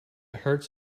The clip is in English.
hurts